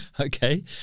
Okay